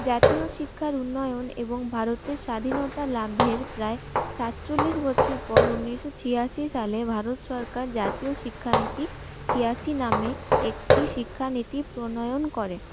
জাতীয় শিক্ষার উন্নয়ন এবং ভারতের স্বাধীনতা লাভের প্রায় সাতচল্লিশ বছর পর উনিশশো ছিয়াশি সালে ভারত সরকার জাতীয় শিক্ষানীতি ছিয়াশি নামে একটি শিক্ষানীতি প্রণয়ন করে